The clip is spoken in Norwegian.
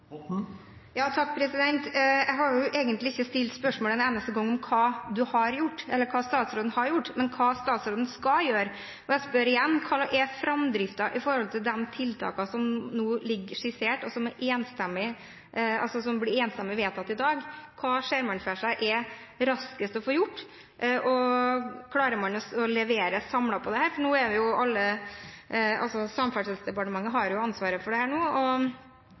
Jeg har egentlig ikke en eneste gang stilt spørsmål om hva statsråden har gjort, men om hva statsråden skal gjøre. Og jeg spør igjen: Hvordan er framdriften når det gjelder de tiltakene som er skissert, og som blir enstemmig vedtatt i dag? Hva ser man for seg er raskest å få gjort, og klarer man å levere samlet på dette? Samferdselsdepartementet har ansvaret for dette nå, og ansvarlig statsråd står her, så det er interessant å høre framdriftsplanen til statsråden. Som jeg har nevnt en rekke ganger, er det